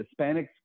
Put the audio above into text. Hispanics